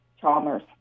Chalmers